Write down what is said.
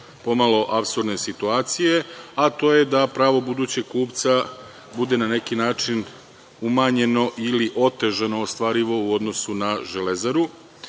pomalo apsurdne situacije, a to je da pravo budućeg kupca bude na neki način umanjeno ili otežano ostvarivo u odnosu na Železaru. Pošto